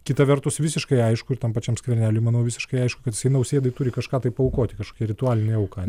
kita vertus visiškai aišku ir tam pačiam skverneliui manau visiškai aišku kad nausėdai turi kažką tai paaukoti kažkokią ritualinę auką